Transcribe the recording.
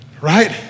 right